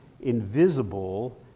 invisible